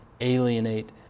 alienate